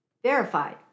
Verified